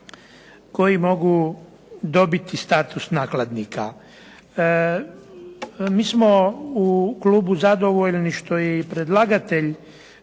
koji mogu dobiti status nakladnika. MI smo u Klubu zadovoljni što je predlagatelj